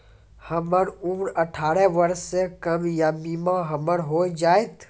हमर उम्र अठारह वर्ष से कम या बीमा हमर हो जायत?